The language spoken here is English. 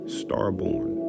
starborn